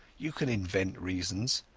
you can invent reasons.